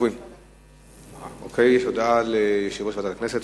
יש הודעה ליושב-ראש ועדת הכנסת.